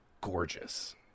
gorgeous